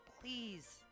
Please